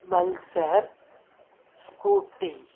pulsar scooty